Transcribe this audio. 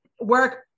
work